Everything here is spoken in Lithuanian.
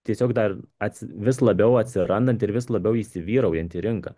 tiesiog dar ats vis labiau atsirandanti ir vis labiau įsivyraujanti rinka